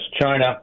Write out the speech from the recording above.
China